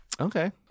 Okay